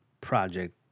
project